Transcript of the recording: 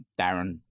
Darren